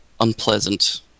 unpleasant